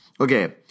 Okay